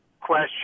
question